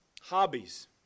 Hobbies